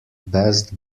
best